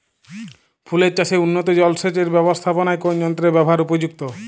ফুলের চাষে উন্নত জলসেচ এর ব্যাবস্থাপনায় কোন যন্ত্রের ব্যবহার উপযুক্ত?